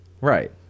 Right